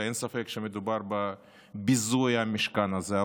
ואין ספק שמדובר בביזוי המשכן הזה,